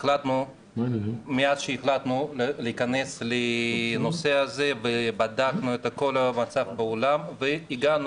מאז שהחלטנו להכנס לנושא ובדקנו את המצב בעולם והגענו